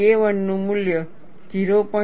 KI નું મૂલ્ય 0